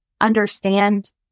understand